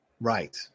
Right